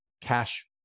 cash